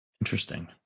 Interesting